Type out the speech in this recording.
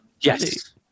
Yes